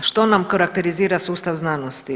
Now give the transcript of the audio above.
Što nam karakterizira sustav znanosti?